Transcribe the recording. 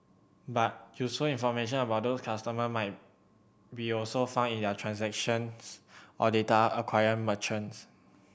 but useful information about those customer might be also found in their transactions or data acquiring merchants